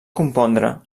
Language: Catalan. compondre